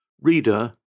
Reader